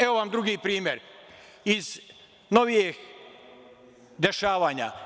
Evo vam drugi primer iz novijih dešavanja.